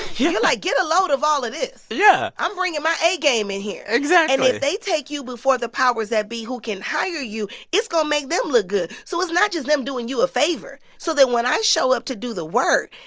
yeah like, get a load of all of this. yeah i'm bringing my a game in here exactly and if they take you before the powers that be who can hire you, it's going to make them look good. so it's not just them doing you a favor. so that when i show up to do the work,